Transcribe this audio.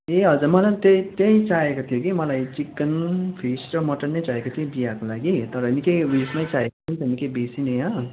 ए हजुर मलाई पनि त्यही त्यही चाहिएको थियो कि मलाई चिकन फिस र मटन नै चाहिएको थियो कि बिहाको लागि तर निकै उ उयसमै चाहिएको थियो कि निक्कै बेसी नै हो